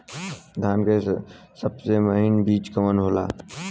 धान के सबसे महीन बिज कवन होला?